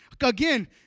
again